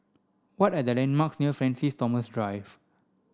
what are the landmarks near Francis Thomas Drive